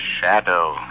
shadow